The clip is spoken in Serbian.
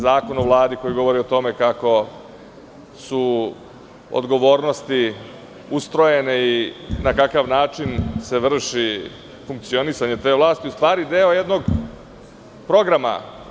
Zakon o Vladi koji govori o tome kako su odgovornosti ustrojene i na kakav načinse vrši funkcionisanje te vlasti u stvari deo jednog programa.